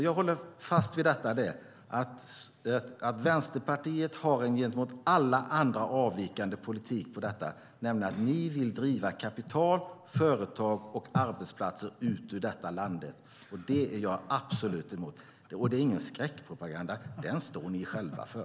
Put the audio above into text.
Jag håller fast vid att Vänsterpartiet har en gentemot alla andra avvikande politik för detta, nämligen att ni vill driva kapital, företag och arbetsplatser ut ur detta land. Det är jag absolut emot. Det är ingen skräckpropaganda. Den står ni själva för.